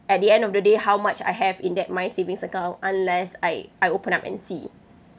at the end of the day how much I have in that my savings account unless I I open up and see